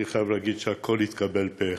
אני חייב לומר שהכול התקבל פה-אחד,